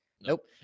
nope